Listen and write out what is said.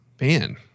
Man